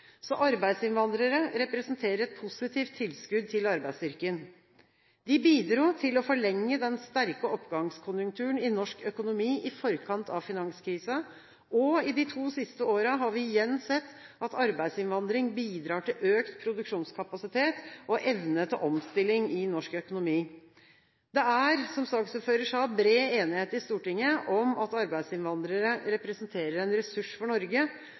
så arbeidsinnvandrere representerer et positivt tilskudd til arbeidsstyrken. De bidro til å forlenge den sterke oppgangskonjunkturen i norsk økonomi i forkant av finanskrisen, og de to siste årene har vi igjen sett at arbeidsinnvandring bidrar til økt produksjonskapasitet og evne til omstilling i norsk økonomi. Det er, som saksordføreren sa, bred enighet i Stortinget om at arbeidsinnvandrere representerer en ressurs for Norge,